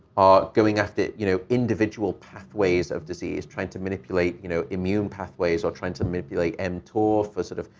are going after, you know, individual pathways of disease, trying to manipulate, you know, immune pathways or trying to manipulate mtor for sort of,